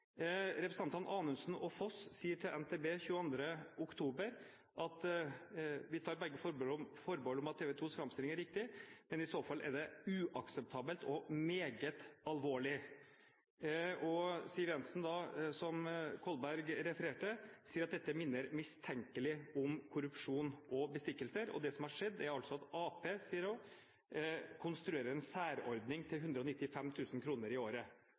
Representantene Anundsen og Foss sier til NTB 22. oktober at vi tar «begge forbehold om at TV 2s fremstilling er riktig», men «i så fall er det uakseptabelt» og «meget alvorlig.» Og Siv Jensen, som Kolberg refererte, sier at dette «minner mistenkelig om korrupsjon og bestikkelser». Og hun sier at det «som har skjedd her, er altså at Arbeiderpartiet konstruerer en særordning til 195 000 kr i året».